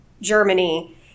Germany